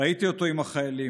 ראיתי אותו עם החיילים.